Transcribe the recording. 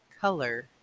color